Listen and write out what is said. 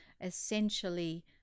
essentially